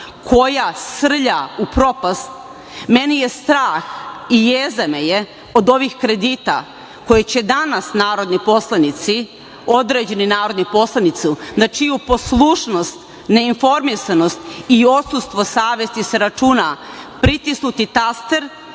koja srlja u propast. Mene je strah i jeza me je od ovih kredita koje će danas narodni poslanici, određeni narodni poslanici, na čiju poslušnost, neinformisanost i odsustvo savesti se računa, pritisnuti taster